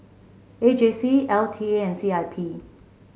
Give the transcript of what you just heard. A J C L T A and C I P